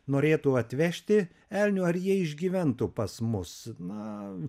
norėtų atvežti elnių ar jie išgyventų pas mus na